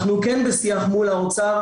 אנחנו כן בשיח מול האוצר,